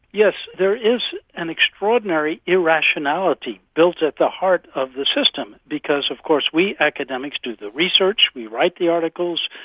yes, there is an extraordinary irrationality built at the heart of the system, because of course we academics do the research, we write the articles,